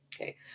Okay